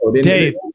Dave